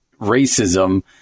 racism